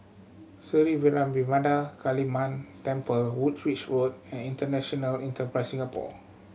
Sri Vairavimada Kaliamman Temple Woolwich Road and International Enterprise Singapore